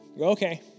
okay